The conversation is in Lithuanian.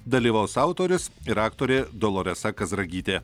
dalyvaus autorius ir aktorė doloresa kazragytė